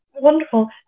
Wonderful